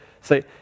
say